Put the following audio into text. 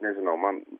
nežinau man